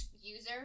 user